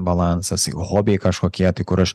balansas hobiai kažkokie tai kur aš